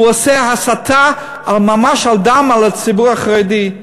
הוא עושה הסתה ממש, על דם, על הציבור החרדי.